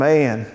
Man